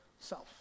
self